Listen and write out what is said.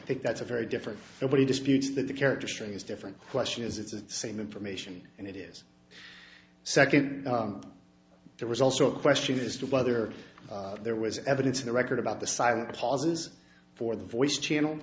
i think that's a very different nobody disputes that the character story is different question is it's the same information and it is second there was also a question as to whether there was evidence in the record about the silent pauses for the voice channel